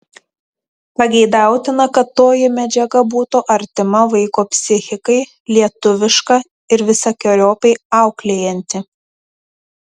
pageidautina kad toji medžiaga būtų artima vaiko psichikai lietuviška ir visokeriopai auklėjanti